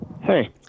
Hey